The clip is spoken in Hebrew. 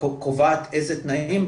שקובעת איזה תנאים,